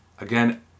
Again